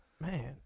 Man